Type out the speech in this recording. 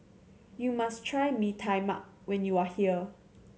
you must try Mee Tai Mak when you are here